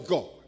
God